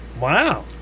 wow